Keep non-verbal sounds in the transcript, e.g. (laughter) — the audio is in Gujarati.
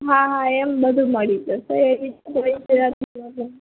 હા હા એમ બધું મળી જશે એવી કોઈ (unintelligible)